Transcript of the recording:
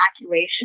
evacuation